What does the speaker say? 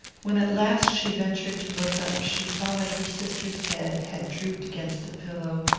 when at last she ventured to look up, she saw that her sister's head had drooped against the pillow,